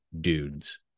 dudes